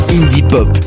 indie-pop